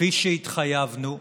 כפי שהתחייבנו,